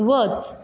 वच